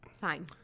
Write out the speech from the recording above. Fine